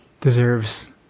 deserves